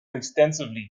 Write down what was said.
extensively